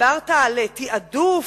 דיברת על תעדוף,